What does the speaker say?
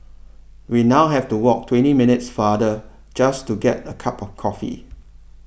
we now have to walk twenty minutes farther just to get a cup of coffee